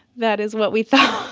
that is what we thought.